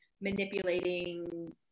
manipulating